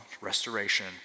restoration